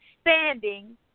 standing